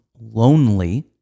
lonely